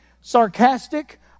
sarcastic